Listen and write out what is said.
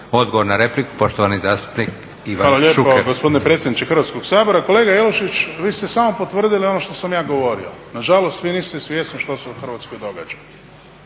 Odgovor na repliku poštovani zastupnik Ivan Šuker. **Šuker, Ivan (HDZ)** Hvala lijepo gospodine predsjedniče Hrvatskog sabora. Kolega Jelušić, vi ste samo potvrdili ono što sam ja govorio, nažalost vi niste svjesni što se u Hrvatskoj događa